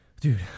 dude